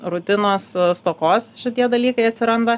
rutinos stokos šitie dalykai atsiranda